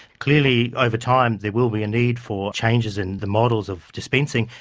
clearly over time there will be a need for changes in the models of dispensing,